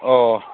ꯑꯣ